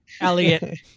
Elliot